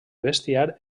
bestiar